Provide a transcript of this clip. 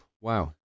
wow